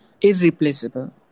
irreplaceable